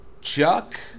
Chuck